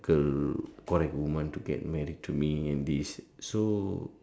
girl correct woman to get married to me and this so